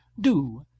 Do